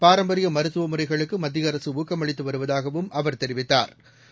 பாரம்பரியமருத்துவமுறைகளுக்குமத்தியஅரசுஊக்கமளித்துவருவதாகவும் அவா் தெரிவித்தாா்